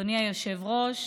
אדוני היושב-ראש,